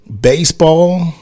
baseball